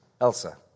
Elsa